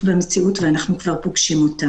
את העבירות הרלוונטיות בחוק העונשין.